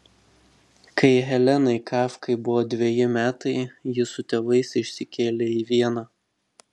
kai helenai kafkai buvo dveji metai ji su tėvais išsikėlė į vieną